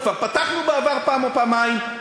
כבר פתחנו בעבר פעם או פעמיים,